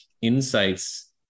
insights